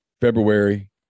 February